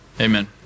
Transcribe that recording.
Amen